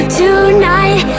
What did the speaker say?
tonight